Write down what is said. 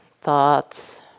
thoughts